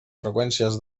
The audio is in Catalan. freqüències